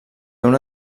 una